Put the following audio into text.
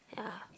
yeah